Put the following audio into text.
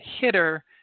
hitter